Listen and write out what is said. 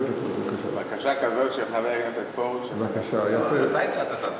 בקשה כזאת של חבר הכנסת פרוש, בבקשה, תתחיל.